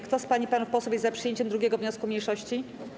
Kto z pań i panów posłów jest za przyjęciem 2. wniosku mniejszości?